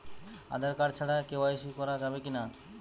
Aadhaar card ছাড়া KYC করা যাবে কি না?